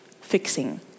fixing